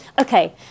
Okay